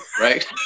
right